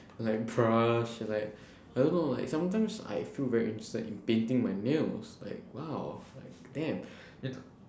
like and like I don't know like sometimes I feel very interested in painting my nails like !wow! like damn and